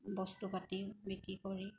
বস্তু পাতি বিক্ৰী কৰি